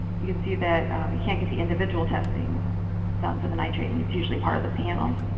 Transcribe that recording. you can see that you can't get the individual testing done for the nitrate, and it's usually part of the panel.